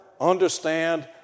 understand